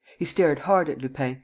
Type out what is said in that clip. he stared hard at lupin,